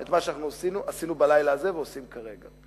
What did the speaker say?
את מה שעשינו בלילה הזה ועושים כרגע.